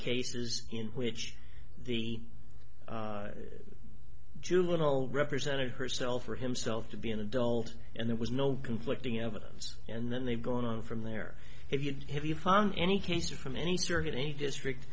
cases in which the juvenile represented herself or himself to be an adult and there was no conflicting evidence and then they've gone on from there if you have you found any case from any security district